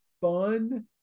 fun